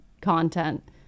content